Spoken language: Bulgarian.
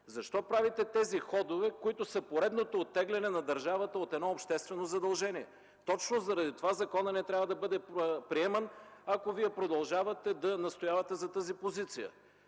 Защо правите тези ходове, които са поредното оттегляне на държавата от едно обществено задължение? Точно заради това законът не трябва да бъде приеман, ако Вие продължавате да настоявате за тази позиция.